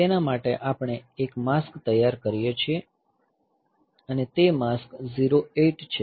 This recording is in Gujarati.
તેના માટે આપણે એક માસ્ક તૈયાર કરીએ છીએ અને તે માસ્ક 08 H છે